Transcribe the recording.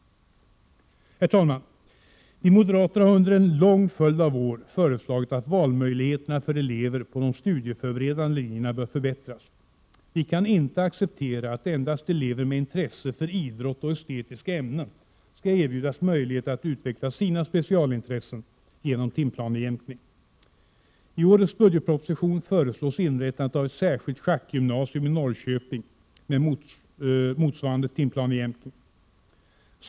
Herr talman! Vi moderater har under en lång följd av år föreslagit att valmöjligheterna för elever på de studieförberedande linjerna skall förbättras. Vi kan inte acceptera att endast elever med intresse för idrott och estetiska ämnen skall erbjudas möjlighet att utveckla sina specialintressen genom timplanejämkning. I årets budgetproposition föreslås inrättande av ett särskilt schackgymnasium i Norrköping med motsvarande timplanejämkning.